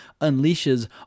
unleashes